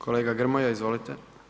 Kolega Grmoja, izvolite.